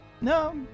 No